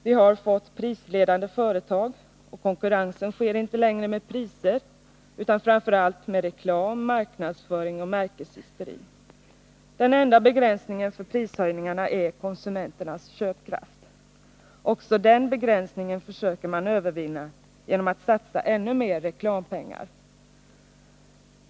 Vi har fått prisledande företag, och konkurrensen sker inte längre med priser utan framför allt med reklam, marknadsföring och märkeshysteri. Den enda begränsningen för prishöjningarna är konsumenternas köpkraft. Också den begränsningen försöker man övervinna genom att satsa ännu mer reklampengar.